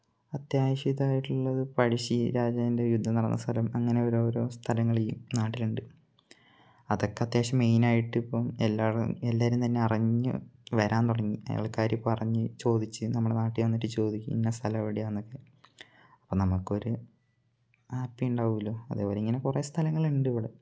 അത്യാവശ്യം ഇതായിട്ടുള്ളത് പഴശ്ശി രാജാവിൻ്റെ യുദ്ധം നടന്ന സ്ഥലം അങ്ങനെ ഓരോ ഓരോ സ്ഥലങ്ങൾ ഈ നാട്ടിൽ ഉണ്ട് അതൊക്കെ അത്യാവശ്യം മെയിനായിട്ട് ഇപ്പം എല്ലായിടവും എല്ലാവരും തന്നെ അറിഞ്ഞു വരാൻ തുടങ്ങി ആൾക്കാർ ഇപ്പം അറിഞ്ഞു ചോദിച്ചു നമ്മുടെ നാട്ടിൽ വന്നിട്ട് ചോദിക്കും ഇന്ന സ്ഥലം എവിടെയണെന്നൊക്കെ അപ്പം നമുക്ക് ഒരു ഹാപ്പി ഉണ്ടാവുമല്ലോ അതേപോലെ ഇങ്ങനെ കുറേ സ്ഥലങ്ങൾ ഉണ്ട് ഇവിടെ